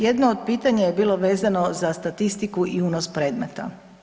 Jedno od pitanja je bilo vezano za statistiku i unos predmeta.